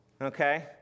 okay